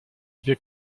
dwie